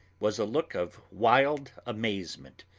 was a look of wild amazement.